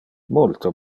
multo